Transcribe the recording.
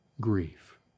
grief